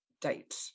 date